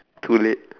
too late